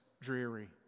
dreary